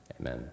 amen